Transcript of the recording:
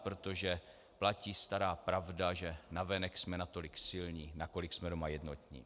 Protože platí stará pravda, že navenek jsme natolik silní, nakolik jsme doma jednotní.